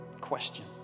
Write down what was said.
question